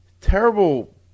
terrible